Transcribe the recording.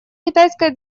китайская